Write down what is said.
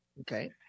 Okay